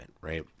right